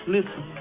Listen